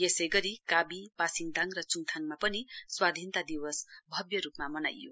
यसै गरी कावी पासिडदाङ र चुङथाङमा पनि स्वाधीनता दिवस भव्य रूपमा मनाइयो